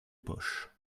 poche